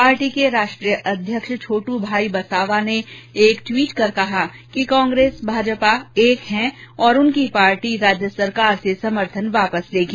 party के राष्ट्रीय अध्यक्ष छोट् भाई बसावा ने एक ट्वीट कर कहा कि कांग्रेस भाजपा एक है और उनकी पार्टी राज्य सरकार से समर्थन वापस लेगी